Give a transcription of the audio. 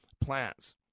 plants